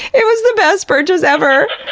it was the best purchase ever!